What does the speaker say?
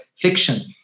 fiction